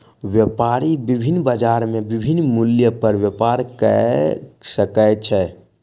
व्यापारी विभिन्न बजार में विभिन्न मूल्य पर व्यापार कय सकै छै